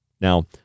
Now